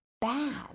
bad